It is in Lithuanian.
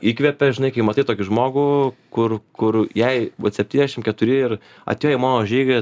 įkvepia žinai kai matai tokį žmogų kur kur jai vat septyniasdešimt keturi ir atėjo į mano žygį